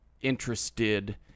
interested